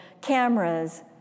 cameras